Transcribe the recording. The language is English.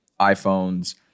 iPhones